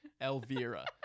Elvira